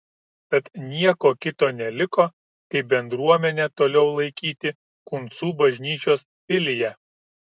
tad nieko kito neliko kaip bendruomenę toliau laikyti kuncų bažnyčios filija